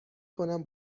کنم